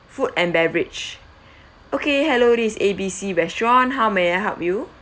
food and beverage okay hello this is A_B_C restaurant how may I help you